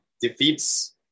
defeats